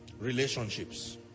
Relationships